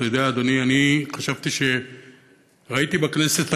אתה יודע, אדוני, אני חשבתי שראיתי בכנסת הכול,